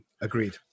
Agreed